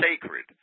sacred